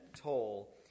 toll